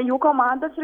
jų komandos ir